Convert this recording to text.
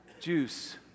juice